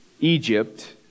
Egypt